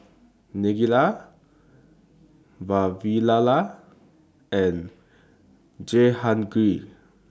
Neila Vavilala and Jehangirr